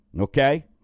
okay